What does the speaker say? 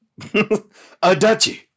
Adachi